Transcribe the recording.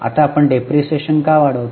आता आपण डेप्रिसिएशन का वाढवतो